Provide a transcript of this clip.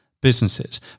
businesses